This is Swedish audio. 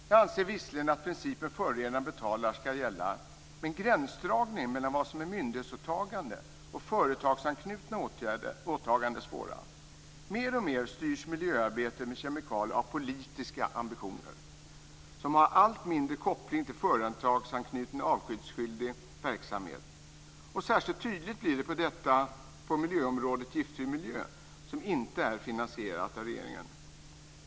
Jag anser visserligen att principen om att förorenaren ska betala ska gälla, men gränsdragningen mellan vad som är myndighetsåtagande och företagsanknutna åtaganden är svår. Mer och mer styrs miljöarbetet med kemikalier av politiska ambitioner som har allt mindre koppling till företagsanknuten avgiftsskyldig verksamhet. Och särskilt tydligt blir detta i fråga om miljömålet om en giftfri miljö som inte är finansierat av regeringen.